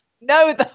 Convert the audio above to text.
No